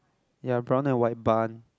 ya brown and white barn